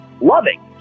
loving